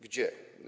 Gdzie?